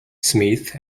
smith